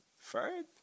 third